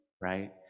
Right